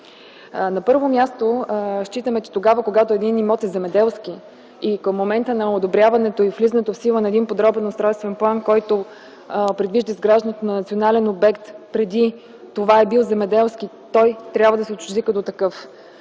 На първо място, смятам, че тогава, когато един имот е земеделски и към момента на одобряването и влизането в сила на един подробен устройствен план, който предвижда изграждането на национален обект, преди това е бил земеделски, той трябва да се отчужди като такъв.